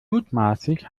mutmaßlich